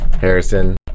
Harrison